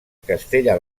castella